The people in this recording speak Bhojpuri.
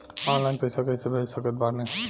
ऑनलाइन पैसा कैसे भेज सकत बानी?